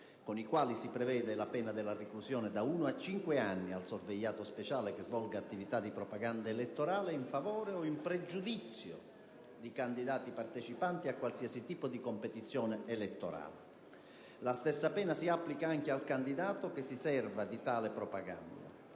con i quali si prevede la pena della reclusione da uno a cinque anni al sorvegliato speciale che svolga attività di propaganda elettorale in favore o in pregiudizio di candidati partecipanti a qualsiasi tipo di competizione elettorale. La stessa pena si applica anche al candidato che si serva di tale propaganda.